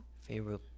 Favorite